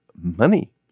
money